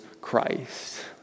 Christ